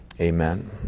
Amen